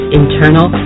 internal